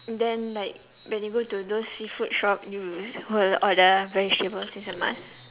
then like when you go to those seafood shop you will order vegetables it's a must